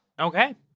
okay